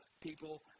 people